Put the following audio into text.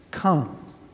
come